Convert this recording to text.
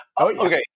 Okay